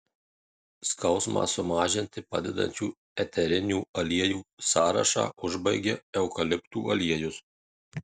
skausmą sumažinti padedančių eterinių aliejų sąrašą užbaigia eukaliptų aliejus